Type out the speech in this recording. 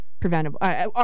preventable